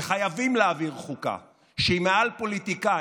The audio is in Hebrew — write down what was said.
וחייבים להעביר חוקה שהיא מעל פוליטיקאים,